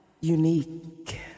unique